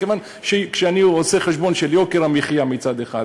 כיוון שכשאני עושה חשבון של יוקר המחיה מצד אחד,